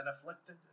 afflicted